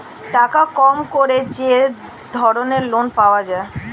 টাকা কম করে যে ধরনের লোন পাওয়া যায়